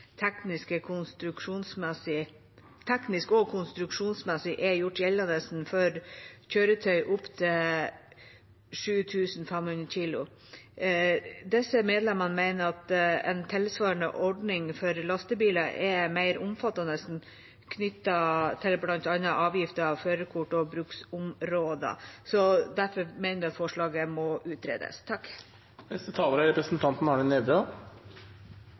teknisk og konstruksjonsmessig er gjort gjeldende for kjøretøy opptil 7 500 kg. Disse medlemmene mener at en tilsvarende ordning for lastebiler er mer omfattende, knyttet til bl.a. avgifter, førerkort og bruksområder. Derfor mener vi at forslaget må utredes. Det er